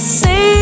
say